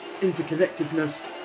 interconnectedness